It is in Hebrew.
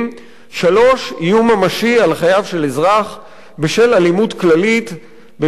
3. איום ממשי על חייו של אזרח בשל אלימות כללית במקרה